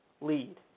lead